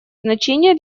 значение